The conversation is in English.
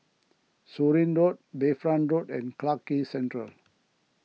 Surin Road Bayfront Drive and Clarke Quay Central